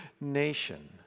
nation